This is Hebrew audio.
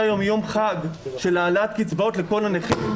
היום יום חג של העלאת קצבאות לכל הנכים,